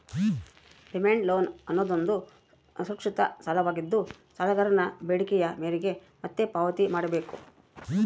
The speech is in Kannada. ಡಿಮ್ಯಾಂಡ್ ಲೋನ್ ಅನ್ನೋದುದು ಸುರಕ್ಷಿತ ಸಾಲವಾಗಿದ್ದು, ಸಾಲಗಾರನ ಬೇಡಿಕೆಯ ಮೇರೆಗೆ ಮತ್ತೆ ಪಾವತಿ ಮಾಡ್ಬೇಕು